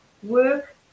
work